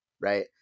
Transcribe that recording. Right